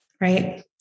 right